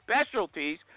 specialties